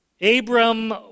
Abram